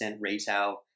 retail